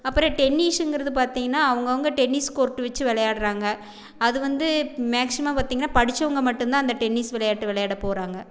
அப்புறோம் டென்னிஸ்ஷிங்கறது பார்த்திங்கனா அவங்கவுங்க டென்னிஸ் கோர்ட்டு வச்சி விளையாட்றாங்க அது வந்து மேக்ஸிமம் பார்த்திங்கனா படிச்சவங்க மட்டும் தான் அந்த டென்னிஸ் விளையாட்டு விளையாடப் போகிறாங்க